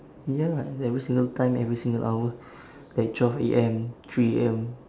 ya at every single time every single hour at twelve A_M three A_M